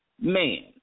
man